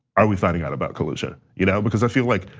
are we finding out about collusion? you know because i feel like,